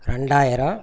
ரெண்டாயிரம்